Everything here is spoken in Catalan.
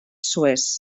suez